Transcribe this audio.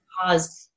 cause